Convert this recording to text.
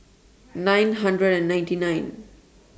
nine hundred and ninety nine